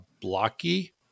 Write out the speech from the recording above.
Blocky